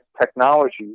technology